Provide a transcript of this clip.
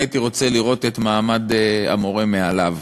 אני הייתי רוצה לראות את מעמד המורה מעליו,